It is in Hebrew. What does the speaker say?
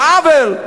זה עוול,